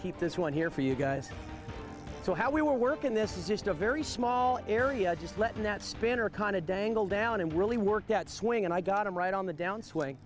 keep this one here for you guys so how we will work in this is just a very small area just lettin that spinner kind of dangle down and really worked at swing and i got him right on the downsw